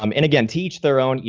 um and again, teach their own. you